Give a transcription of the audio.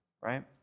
right